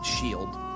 shield